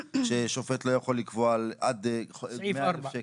ששופט לא יכול לקבוע על עד 100,000 שקלים?